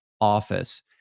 Office